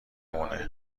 مونه